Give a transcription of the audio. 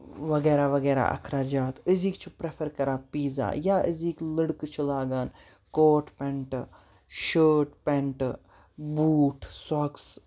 وغیرہ وغیرہ اَخراجات أزِکۍ چھِ پریفر کران پیٖزا یا أزِکۍ لٔڑکہٕ چھِ لگان کوٹ پینٹ شٲٹ پینٹہٕ بوٗٹھ سوکس